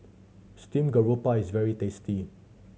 steamed garoupa is very tasty